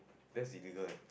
that's illegal eh